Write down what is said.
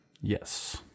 Yes